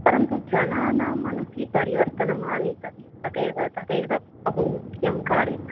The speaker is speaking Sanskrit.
परन्तु जनानां मनसि परिवर्तनं आनीतव्यं तदेव तदेव बहु मुख्यं कार्यम्